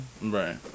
Right